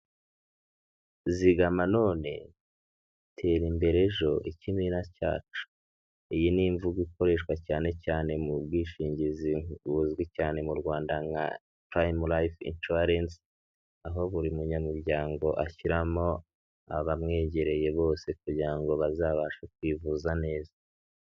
zZgama none tera imbere ejo ikimina cyacu iyi ni imvugo ikoreshwa cyane cyane mu bwishingizi buzwi cyane mu rwanda nka purayime rayife incuwarensi aho buri munyamuryango ashyiramo abamwegereye bose kugira ngo bazabashe kwivuza neza.